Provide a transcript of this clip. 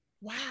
wow